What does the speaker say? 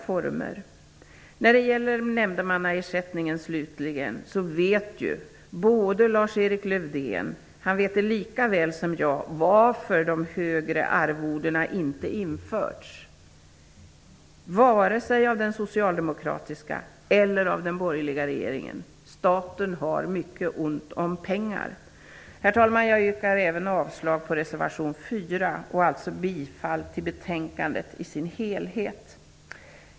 När det slutligen gäller nämndemannaersättningen vet Lars-Erik Lövdén lika väl som jag varför de högre arvodena inte införts vare sig av den socialdemokratiska eller av den borgerliga regeringen: staten har mycket ont om pengar. Herr talman! Jag yrkar avslag på reservation 4 och bifall till utskottets hemställan i dess helhet.